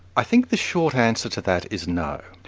i think the short answer to that is no.